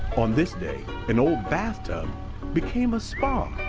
on this day, an old bathtub became a spa.